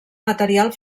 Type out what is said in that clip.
material